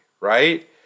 right